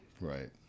Right